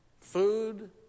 food